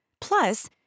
Plus